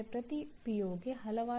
ಇದರಲ್ಲಿ ಹೊಣೆಗಾರರು ಯಾರು